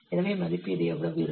எனவே மதிப்பீடு எவ்வளவு இருக்கும்